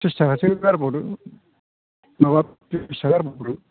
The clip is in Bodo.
त्रिस थाखासो गारबावदो माबा त्रिस थाखा गारबावदो